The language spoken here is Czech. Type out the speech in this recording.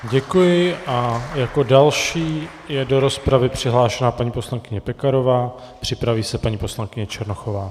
Děkuji a jako další je do rozpravy přihlášena paní poslankyně Pekarová, připraví se paní poslankyně Černochová.